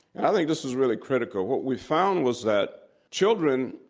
i think this was really critical. what we found was that children,